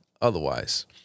otherwise